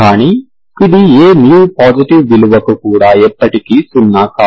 కానీ ఇది ఏ μ పాజిటివ్ విలువకు కూడా ఎప్పటికీ 0 కాదు